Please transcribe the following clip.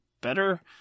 better